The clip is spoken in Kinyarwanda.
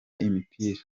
imipira